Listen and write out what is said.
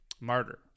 martyr